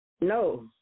no